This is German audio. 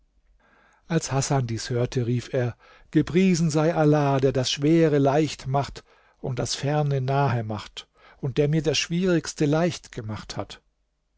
als hasan dies hörte rief er gepriesen sei allah der das schwere leicht und das ferne nahe macht und der mir das schwierigste leicht gemacht hat